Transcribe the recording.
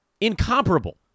Incomparable